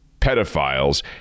pedophiles